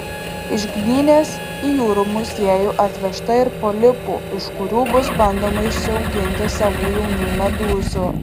iš gdynės į jūrų muziejų atvežta ir polipų iš kurių bus bandoma išsiauginti savų jaunų medūzų